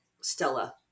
Stella